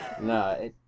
No